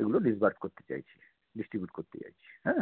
এগুলো ডিসবার্স করতে চাইছি ডিস্ট্রিবিউট করতে চাইছি হ্যাঁ